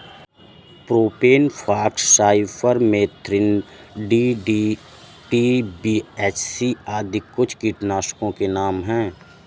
propane fox, cypermethrin, DDT, BHC आदि कुछ कीटनाशकों के नाम हैं